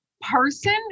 person